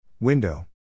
Window